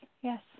yes